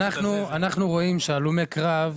אנחנו רואים שמהלומי קרב,